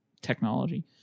technology